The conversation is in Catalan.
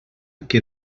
que